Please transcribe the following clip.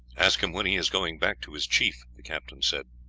ask him when he is going back to his chief, the captain said.